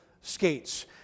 skates